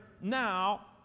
Now